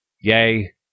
Yea